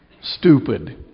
stupid